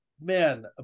man